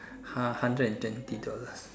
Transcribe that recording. uh hundred and twenty dollars